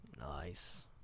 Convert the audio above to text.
Nice